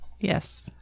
Yes